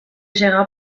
sega